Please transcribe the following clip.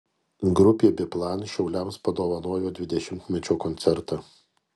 grupė biplan šiauliams padovanojo dvidešimtmečio koncertą